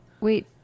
wait